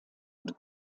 und